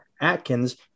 Atkins